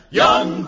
young